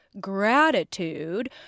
gratitude